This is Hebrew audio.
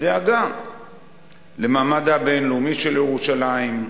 דאגה למעמד הבין-לאומי של ירושלים,